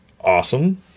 Awesome